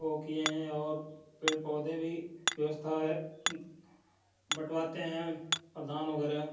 वो किए हैं और पेड़ पौधे भी व्यवस्था है बटवाटे हैं प्रधान वगैरह